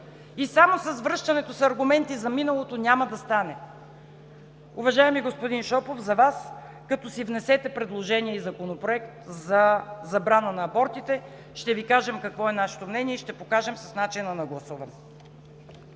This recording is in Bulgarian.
И само с връщането на аргументи за миналото няма да стане! Уважаеми господин Шопов, за Вас – като си внесете предложение и законопроект за забрана на абортите, ще Ви кажем какво е нашето мнение и ще покажем с начина на гласуване.